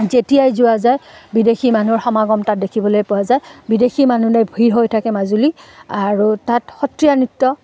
যেতিয়াই যোৱা যায় বিদেশী মানুহৰ সমাগম তাত দেখিবলৈ পোৱা যায় বিদেশী মানুহে ভিৰ হৈ থাকে মাজুলী আৰু তাত সত্ৰীয়া নৃত্য